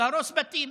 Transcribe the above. להרוס בתים.